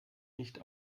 nicht